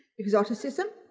exoticism.